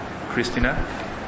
Christina